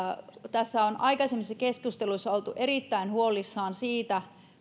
tässä on aikaisemmissa keskusteluissa oltu erittäin huolissaan siitä